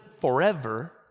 forever